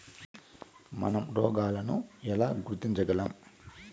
మనం రోగాలను ఎలా గుర్తించగలం?